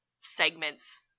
segments